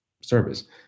service